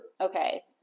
Okay